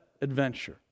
adventure